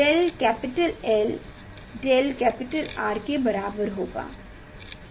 del capital L del capital R के बराबर होगा